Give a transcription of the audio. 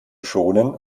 schonen